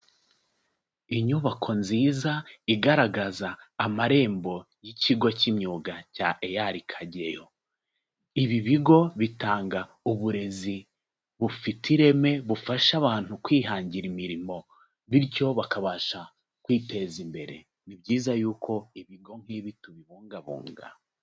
Inyubako nziza igaragaza amarembo y'ikigo k'imyuga cya EAR Kageyo. Ibi bigo bitanga uburezi bufite ireme bufasha abantu kwihangira imirimo bityo bakabasha kwiteza imbere. Ni byiza yuko ibigo nk'ibi tubibungabunga.